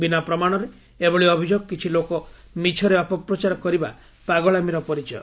ବିନା ପ୍ରମାଣରେ ଏଭଳି ଅଭିଯୋଗ କିଛି ଲୋକ ମିଛରେ ଅପପ୍ରଚାର କରିବା ପାଗଳାମିର ପରିଚୟ